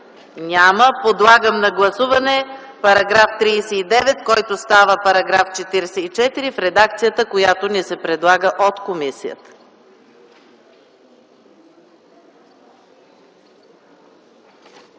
Няма. Подлагам на гласуване § 39, който става § 44, в редакцията, която ни се предлага от комисията.